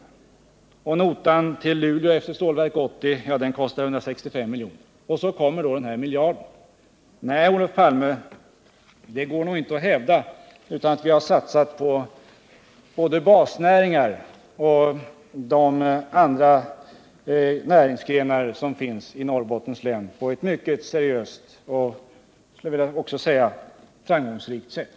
Och till Luleå efter Stålverk 80 ca 165 miljoner. Så kommer då den här miljarden. Nej, Olof Palme, det går nog inte att hävda att vi inte har satsat på både basnäringarna och de andra näringsgrenarna i Norrbottens län på ett mycket seriöst och — det skulle jag också vilja säga — framgångsrikt sätt.